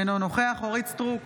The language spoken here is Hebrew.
אינו נוכח אורית סטרוק